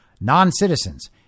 non-citizens